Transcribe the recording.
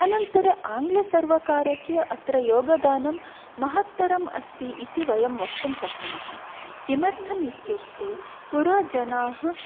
अनन्तरं आङ्ग्लसर्वकारस्य अत्र योगदानं महत्तरम् अस्ति इति वयं वक्तुं शक्नुमः किमर्थम् इत्युक्ते पुरा जनाः